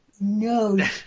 no